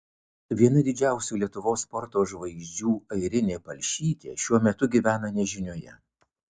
viena didžiausių lietuvos sporto žvaigždžių airinė palšytė šiuo metu gyvena nežinioje